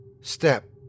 Step